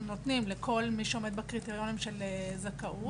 נותנים לכל מי שעומד בקריטריונים של זכאות,